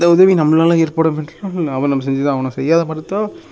இந்த உதவி நம்மளால் ஏற்பட அப்போ நம்ம செஞ்சு தான் ஆகணும் செய்யாத மறுத்தால்